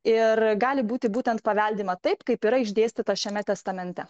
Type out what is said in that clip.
ir gali būti būtent paveldima taip kaip yra išdėstyta šiame testamente